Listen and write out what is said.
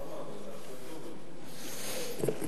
תסגור את "אל-ג'זירה".